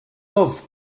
love